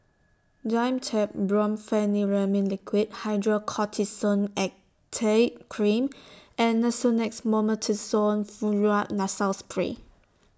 Dimetapp Brompheniramine Liquid Hydrocortisone Acetate Cream and Nasonex Mometasone Furoate Nasal Spray